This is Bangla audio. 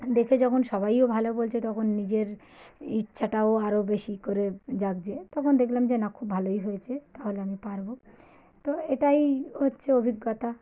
দেখে যখন সবাইও ভালো বলছে তখন নিজের ইচ্ছাটাও আরও বেশি করে জাগছে তখন দেখলাম যে না খুব ভালোই হয়েছে তাহলে আমি পারব তো এটাই হচ্ছে অভিজ্ঞতা